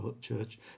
church